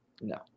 No